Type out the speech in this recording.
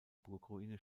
burgruine